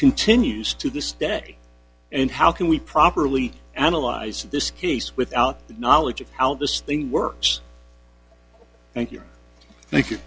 continues to this day and how can we properly analyze this case without the knowledge of how this thing works thank you thank you